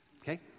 Okay